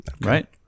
Right